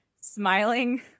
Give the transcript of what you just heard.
smiling